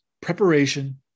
preparation